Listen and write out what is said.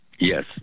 Yes